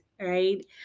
right